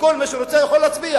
וכל מי שרוצה יכול להצביע,